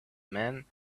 men